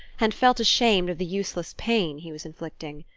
and felt ashamed of the useless pain he was inflicting.